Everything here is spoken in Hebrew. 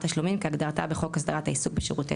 תשלומים" - כהגדרתה בחוק הסדרת העיסוק בשירותי